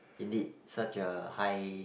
indeed such a high